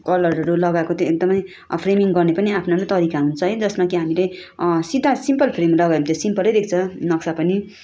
कलरहरू लगाएको त्यो एकदमै फ्रेमिङ गर्ने पनि आफ्नो आफ्नो तरिका हुन्छ है जसमा कि हामीले सिधा सिम्पल फ्रेम लगायो भने सिम्पल नै देख्छ नक्सा पनि